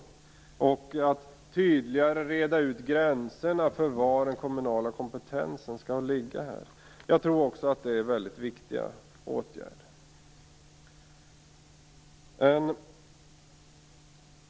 Vidare handlar det om att tydligare reda ut gränserna för var den kommunala kompetensen skall ligga. Jag tror också att det är mycket viktiga åtgärder.